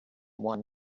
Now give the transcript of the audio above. one